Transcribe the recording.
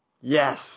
Yes